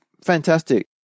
fantastic